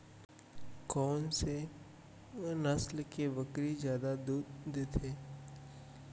कोन से नस्ल के बकरी जादा दूध देथे